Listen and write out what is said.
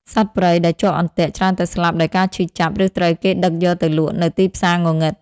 សត្វព្រៃដែលជាប់អន្ទាក់ច្រើនតែស្លាប់ដោយការឈឺចាប់ ឬត្រូវគេដឹកយកទៅលក់នៅទីផ្សារងងឹត។